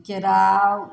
केराउ